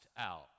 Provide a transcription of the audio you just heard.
out